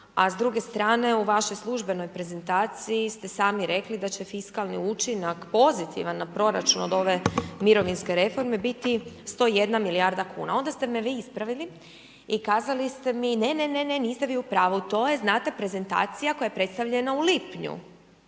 a s druge strane u vašoj službenoj prezentaciji ste sami rekli da će fiskalni učinak pozitivan na proračun od ove mirovinske reforme biti 101 milijarda kuna. onda ste mi vi ispravili i kazali ste mi ne, ne, ne niste vi u pravu, to je znate prezentacija koja je predstavljena u lipnju,